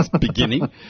beginning